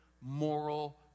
moral